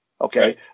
Okay